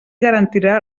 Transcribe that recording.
garantirà